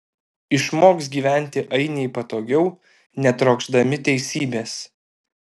išmoks gyventi ainiai patogiau netrokšdami teisybės